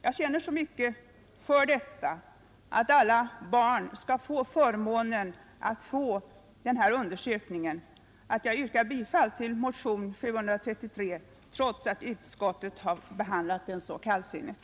Jag känner så starkt för att alla barn skall få denna förmån att bli undersökta, att jag yrkar bifall till motionen 733, trots att utskottet har behandlat den så kallsinnigt.